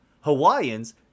Hawaiians